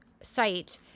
site